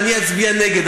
ואני אצביע נגד,